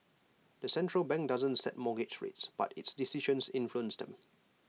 the central bank doesn't set mortgage rates but its decisions influence them